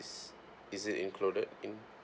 is it included in